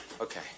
okay